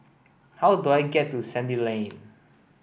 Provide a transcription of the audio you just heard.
how do I get to Sandy Lane